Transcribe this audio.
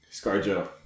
Scarjo